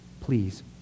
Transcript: Please